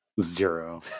Zero